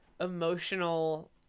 emotional